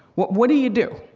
what what do you do?